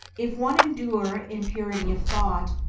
if one endure in purity of thought,